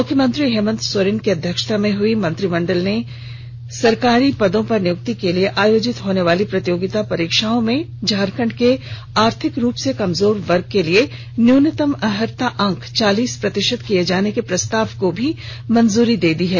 मुख्यमंत्री हेमन्त सोरेन की अध्यक्षता में हई मंत्रिमंडल ने सरकारी पदों पर नियुक्ति के लिए आयोजित होने वाली प्रतियोगिता परीक्षाओं में झारखंड के आर्थिक रुप से कमजोर वर्ग के लिए न्यूनतम अहर्ता अंक चालीस प्रतिशत किए जाने के प्रस्ताव को भी मंजूरी दे दी है